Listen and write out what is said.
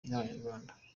n’abanyarwanda